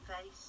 face